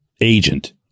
agent